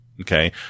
Okay